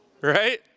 right